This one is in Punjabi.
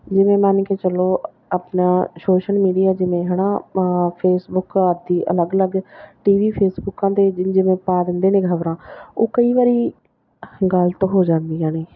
ਜਿਵੇਂ ਮੰਨ ਕੇ ਚੱਲੋ ਆਪਣਾ ਸੋਸ਼ਲ ਮੀਡੀਆ ਜਿਵੇਂ ਹੈ ਨਾ ਫੇਸਬੁਕ ਆਦਿ ਅਲੱਗ ਅਲੱਗ ਟੀ ਵੀ ਫੇਸਬੁੱਕ 'ਤੇ ਜਿਨ ਜਿਵੇਂ ਪਾ ਦਿੰਦੇ ਨੇ ਖ਼ਬਰਾਂ ਉਹ ਕਈ ਵਾਰ ਗਲਤ ਹੋ ਜਾਂਦੀਆਂ ਨੇ